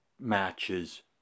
matches